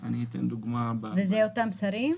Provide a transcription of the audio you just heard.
זה אותם שרים?